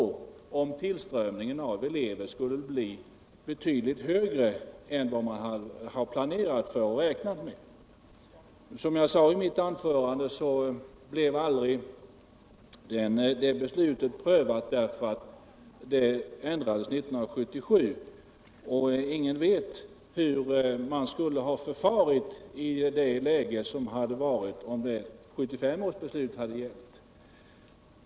om tillströmningen av elever skulle bli betydligt högre än man räknat med och planerat för. Som jag sade i mitt inledande anförande blev det beslutet aldrig tillämpat i praktiken eftersom det ändrades 1977. Ingen vet hur man skulle ha förfarit i det läge som hade uppstått, om 19735 års beslut hade gällt.